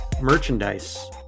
merchandise